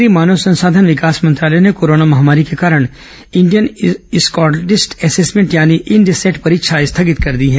केंद्रीय मानव संसाधन विकास मंत्रालय ने कोरोना महामारी के कारण इंडियन स्कॉलस्टिक एसेसमेंट यानि इंड सैट परीक्षा स्थगित कर दी है